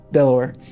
Delaware